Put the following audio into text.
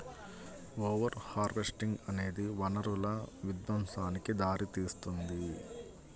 over harvesting అనేది వనరుల విధ్వంసానికి దారితీస్తుంది